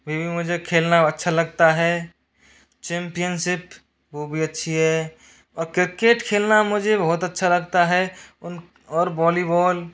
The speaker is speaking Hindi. वे भी मुझे खेलना अच्छा लगता है चैंपियनशिप वह भी अच्छी है और क्रिकेट खेलना मुझे बहुत अच्छा लगता है और वॉलीबॉल